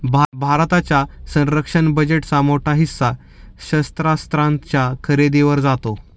भारताच्या संरक्षण बजेटचा मोठा हिस्सा शस्त्रास्त्रांच्या खरेदीवर जातो